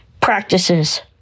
practices